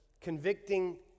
convicting